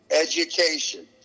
education